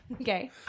Okay